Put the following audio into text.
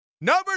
Number